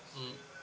mm